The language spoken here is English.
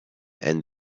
and